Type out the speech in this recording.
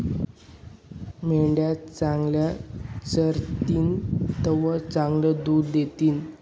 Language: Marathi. मेंढ्या चांगलं चरतीन तवय चांगलं दूध दितीन